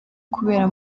kubera